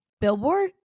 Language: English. billboard